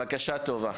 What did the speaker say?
בבקשה, טובה.